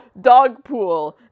Dogpool